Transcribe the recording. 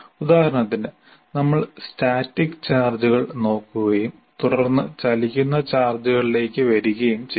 ഉദാഹരണത്തിന് നമ്മൾ സ്റ്റാറ്റിക് ചാർജുകൾ നോക്കുകയും തുടർന്ന് ചലിക്കുന്ന ചാർജുകളിലേക്ക് വരികയും ചെയ്യുന്നു